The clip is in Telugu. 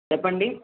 చెప్పండి